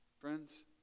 friends